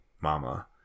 mama